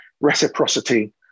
reciprocity